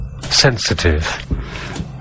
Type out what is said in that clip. Sensitive